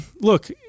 look